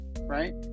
right